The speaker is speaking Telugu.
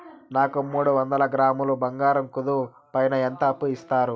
నాకు మూడు వందల గ్రాములు బంగారం కుదువు పైన ఎంత అప్పు ఇస్తారు?